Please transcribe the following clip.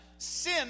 Sin